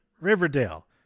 Riverdale